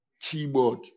keyboard